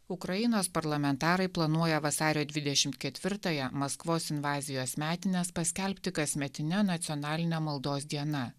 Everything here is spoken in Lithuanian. ukrainos parlamentarai planuoja vasario dvidešimt ketvirtąją maskvos invazijos metines paskelbti kasmetine nacionaline maldos diena